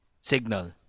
signal